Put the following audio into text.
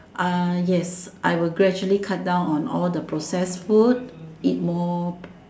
yes I would gradually cut down on all the processed food eat more